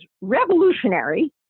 revolutionary